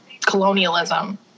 colonialism